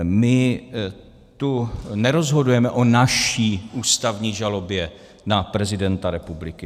My tu nerozhodujeme o naší ústavní žalobě na prezidenta republiky.